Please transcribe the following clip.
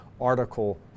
Article